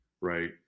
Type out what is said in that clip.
right